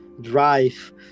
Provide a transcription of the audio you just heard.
drive